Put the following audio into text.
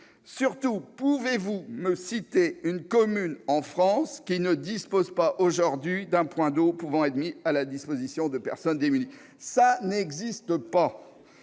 Pouvez-vous me citer une commune en France qui ne dispose pas aujourd'hui d'un point d'eau pouvant être mis à disposition des personnes démunies ? Cela n'existe pas